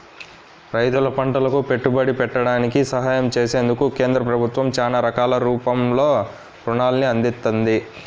రైతులు పంటలకు పెట్టుబడి పెట్టడానికి సహాయం చేసేందుకు కేంద్ర ప్రభుత్వం చానా రకాల రూపంలో రుణాల్ని అందిత్తంది